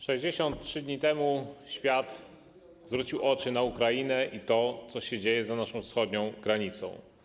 63 dni temu świat zwrócił oczy na Ukrainę i to, co się dzieje za naszą wschodnią granicą.